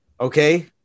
Okay